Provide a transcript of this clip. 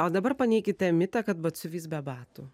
o dabar paneikite mitą kad batsiuvys be batų